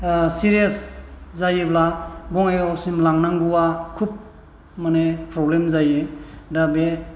serious जायोब्ला बङाइगावसिम लानांगौआ खुब माने प्रब्लेम जायो दा बे